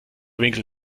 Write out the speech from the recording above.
winkel